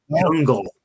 jungle